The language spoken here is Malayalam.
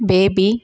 ബേബി